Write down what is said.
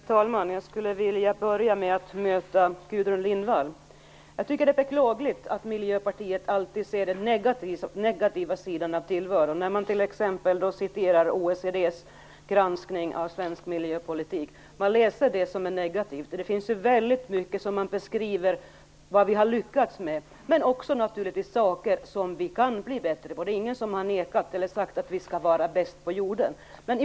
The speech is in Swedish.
Herr talman! Jag vill börja med att bemöta Gudrun Lindvall. Jag tycker att det är beklagligt att Miljöpartiet alltid ser den negativa sidan av tillvaron. När man citerar OECD:s granskning av svensk miljöpolitik läser man det som är negativt. Det finns ju väldigt mycket som beskriver det vi har lyckats med, men naturligtvis också det som vi kan bli bättre på. Det är ingen som har sagt att vi skall vara bäst på jorden.